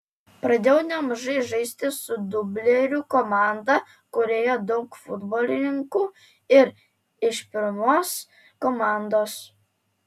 pradėjau nemažai žaisti su dublerių komanda kurioje daug futbolininkų ir iš pirmos komandos